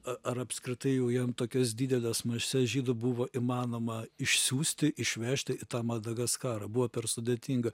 a ar apskritai jau jam tokias dideles mases žydų buvo įmanoma išsiųsti išvežti į tą madagaskarą buvo per sudėtinga